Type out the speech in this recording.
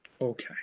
Okay